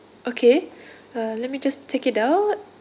okay uh let me just take it out